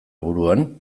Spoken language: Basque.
buruan